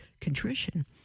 contrition